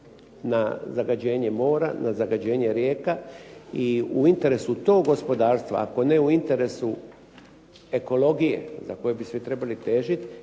na zagađenje mora, na zagađenje rijeka i u interesu tog gospodarstva, ako ne u interesu ekologije za koju bi svi trebali težiti,